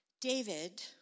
David